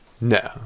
No